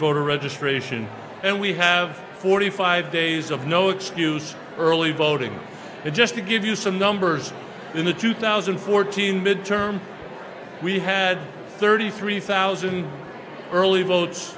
voter registration and we have forty five days of no excuse early voting just to give you some numbers in the two thousand and fourteen midterm we had thirty three thousand early votes